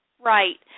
right